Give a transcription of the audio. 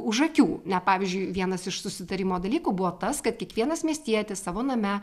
už akių na pavyzdžiui vienas iš susitarimo dalykų buvo tas kad kiekvienas miestietis savo name